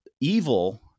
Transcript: evil